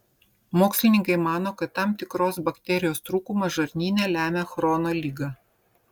mokslininkai mano kad tam tikros bakterijos trūkumas žarnyne lemia chrono ligą